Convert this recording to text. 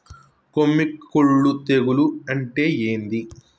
కొమ్మి కుల్లు తెగులు అంటే ఏంది?